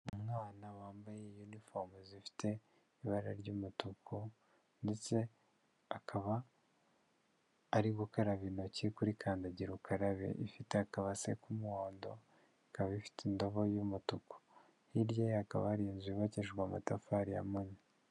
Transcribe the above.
Umwana wambaye yunifomu zifite ibara ry'umutuku ndetse akaba ari gukaraba intoki kuri kandagira ukarabe ifite akabase k'umuhondo ikaba ifite indobo y'umutuku, hirya ye hakaba hari inzu yubakishijwe amatafari ya mone.